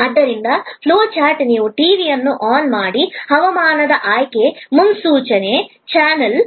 ಆದ್ದರಿಂದ flow chart ನೀವು ಟಿವಿಯನ್ನು ಆನ್ ಮಾಡಿ ಹವಾಮಾನದ ಆಯ್ಕೆ ಮುನ್ಸೂಚನೆ ಚಾನಲ್